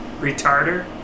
Retarder